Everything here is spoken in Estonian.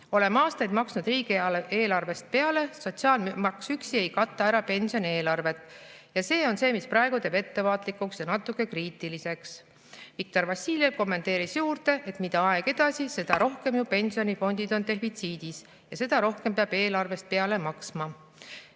Oleme aastaid maksnud riigieelarvest peale. Sotsiaalmaks üksi ei kata ära pensionieelarvet, ja see on see, mis praegu teeb ettevaatlikuks ja natuke kriitiliseks. Viktor Vassiljev kommenteeris juurde, et mida aeg edasi, seda rohkem pensionifondid on defitsiidis ja seda rohkem peab eelarvest peale maksma.